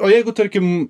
o jeigu tarkim